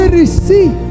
receive